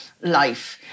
life